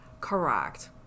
correct